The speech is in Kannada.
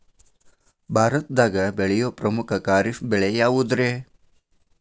ಭಾರತದಾಗ ಬೆಳೆಯೋ ಪ್ರಮುಖ ಖಾರಿಫ್ ಬೆಳೆ ಯಾವುದ್ರೇ?